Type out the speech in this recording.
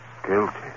Guilty